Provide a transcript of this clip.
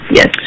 Yes